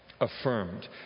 Affirmed